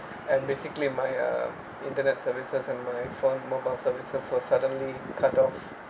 and basically my uh internet services and my phone mobile services was suddenly cut off